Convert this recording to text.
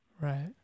Right